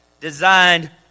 designed